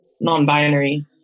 non-binary